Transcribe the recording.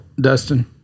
Dustin